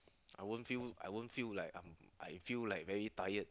I won't feel I won't feel like I'm I feel like very tired